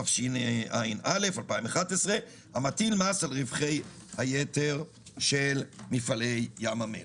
התשע"א-2011 המטיל מס על רווחי היתר של מפעלי ים המלח".